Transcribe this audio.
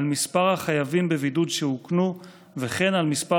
על מספר החייבים בבידוד שאוכנו וכן על מספר